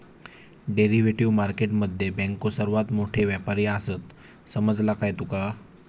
Derivative market मध्ये बँको सर्वात मोठे व्यापारी आसात, समजला काय तुका?